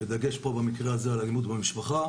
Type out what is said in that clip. בדגש פה במקרה הזה על אלימות במשפחה,